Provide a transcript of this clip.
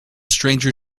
stranger